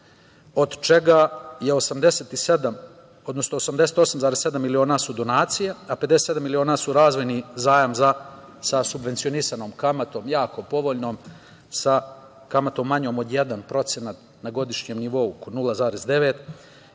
od čega su 88,7 miliona donacije, a 57 miliona je razvojni zajam sa subvencionisanom kamatom jako povoljnom, sa kamatom manjom od 1% na godišnjem nivou, oko 0,9% i